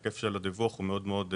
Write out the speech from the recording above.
אנחנו יודעים שהיקף הדיווח הוא מאוד דל.